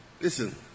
Listen